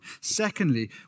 Secondly